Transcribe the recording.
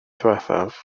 ddiwethaf